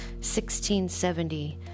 1670